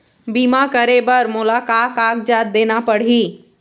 बीमा करे बर मोला का कागजात देना पड़ही?